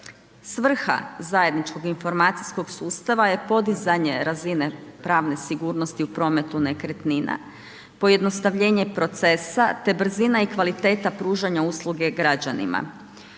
2016. godine. Svrha ZIS-a je podizanje razine pravne sigurnosti u prometu nekretnina, pojednostavljenje procesa te brzina i kvaliteta pružanja usluge građanima.